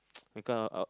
because uh